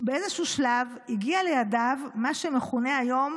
באיזה שלב, הגיע לידיו מה שמכונה היום